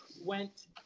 went